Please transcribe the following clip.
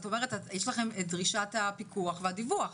יש לכם את דרישת הפיקוח והדיווח.